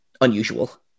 unusual